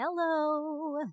Hello